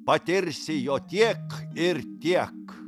patirsi jo tiek ir tiek